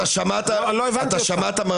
אתה שמעת, אתה שמעת --- לא, לא הבנתי אותך.